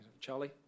Charlie